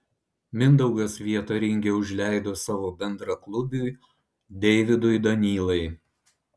mindaugas vietą ringe užleido savo bendraklubiui deividui danylai